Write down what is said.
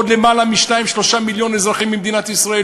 עוד למעלה מ-3-2 מיליון אזרחים במדינת ישראל